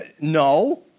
No